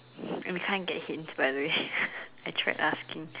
I can't get hints by the way I tried asking